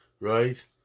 right